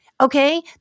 Okay